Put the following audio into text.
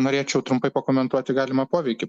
norėčiau trumpai pakomentuoti galimą poveikį